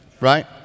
right